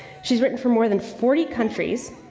she's written for more than forty countries.